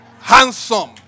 Handsome